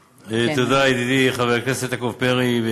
תודה, ידידי חבר הכנסת יעקב פרי.